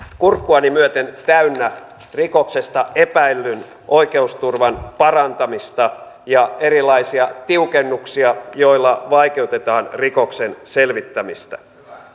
kurkkuani myöten täynnä rikoksesta epäillyn oikeusturvan parantamista ja erilaisia tiukennuksia joilla vaikeutetaan rikoksen selvittämistä